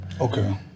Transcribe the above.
Okay